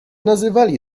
nazywali